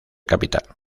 capital